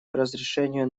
разрешению